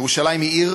ירושלים היא עיר,